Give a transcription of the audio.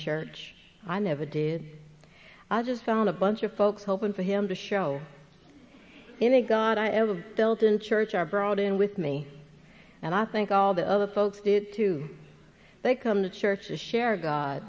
church i never did i just found a bunch of folks hoping for him to show in a god i have a built in church are brought in with me and i think all the other folks did too they come to church and share god